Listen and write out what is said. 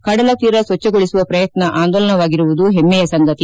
ಕಡಲ ತೀರ ಸ್ವಜ್ಞಗೊಳಿಸುವ ಪ್ರಯತ್ನ ಆಂದೋಲನವಾಗಿರುವುದು ಹೆಮ್ಮೆಯ ಸಂಗತಿ